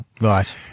Right